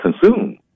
consumed